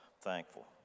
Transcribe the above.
thankful